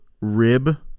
Rib